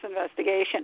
investigation